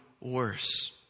worse